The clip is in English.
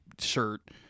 shirt